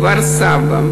כפר-סבא,